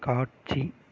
காட்சி